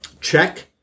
check